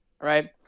right